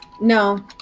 No